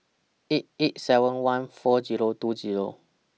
eight eight seven one four Zero two Zero